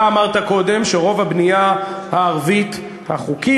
אתה אמרת קודם שרוב הבנייה הערבית החוקית,